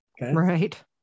right